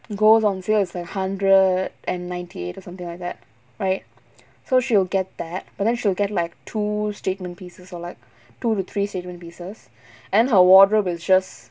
goes on sale it's like hundred and ninety eight or something like that right so she will get that but then she'll get my two statement pieces or like two to three statement pieces and her wardrobe is just